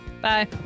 Bye